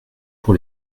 pour